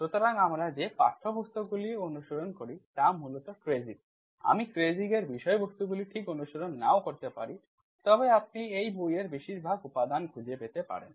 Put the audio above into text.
সুতরাং আমরা যে পাঠ্যপুস্তকগুলি অনুসরণ করি তা মূলত Kreyszig আমি Kreyszig এর বিষয়বস্তুগুলি ঠিক অনুসরণ নাও করতে পারি তবে আপনি এই বইয়ের বেশিরভাগ উপাদান খুঁজে পেতে পারেন